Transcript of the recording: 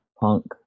punk